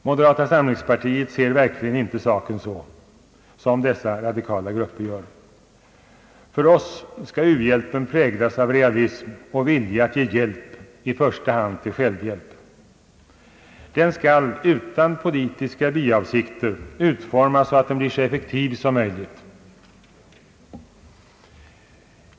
Moderata samlingspartiet ser verkligen inte saken så som dessa radikala grupper gör. För oss skall u-hjälpen präglas av realism och vilja att ge hjälp — i första hand till självhjälp. Den skall utan politiska biavsikter utformas så, att den blir så effektiv som möjligt.